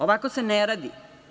Ovako se ne radi.